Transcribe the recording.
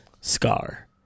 Scar